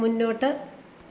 മുന്നോട്ട്